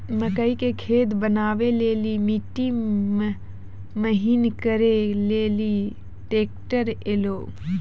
मकई के खेत बनवा ले ली मिट्टी महीन करे ले ली ट्रैक्टर ऐलो?